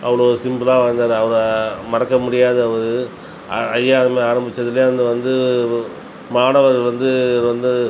அவ்வளோ சிம்பிளாக வாழ்ந்தார் அவரை மறக்க முடியாதவர் அ ஐயா அதுமாதிரி ஆரமிச்சதுலே அங்கே வந்து மாணவர்கள் வந்து வந்து